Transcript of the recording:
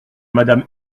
madame